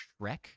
Shrek